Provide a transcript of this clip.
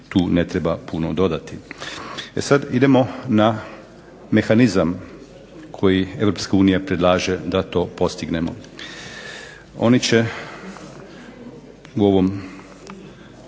tu ne treba puno dodati. E sada idemo na mehanizam koji EU predlaže da to postignemo. Oni će u ovom